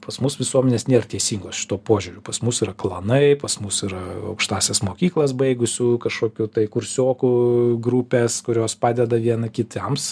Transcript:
pas mus visuomenės nėr teisingos šituo požiūriu pas mus yra klanai pas mus yra aukštąsias mokyklas baigusių kažkokių tai kursiokų grupės kurios padeda vieni kitiems